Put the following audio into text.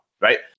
right